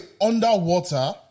underwater